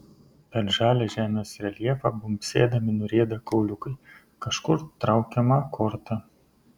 per žalią žemės reljefą bumbsėdami nurieda kauliukai kažkur traukiama korta